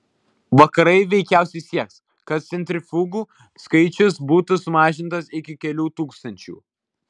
vakarai veikiausiai sieks kad centrifugų skaičius būtų sumažintas iki kelių tūkstančių